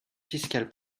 fiscal